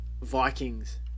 Vikings